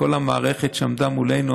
לכל המערכת שעמדה מולנו,